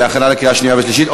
להכנה לקריאה שנייה ושלישית.